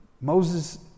Moses